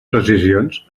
precisions